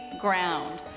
ground